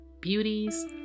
beauties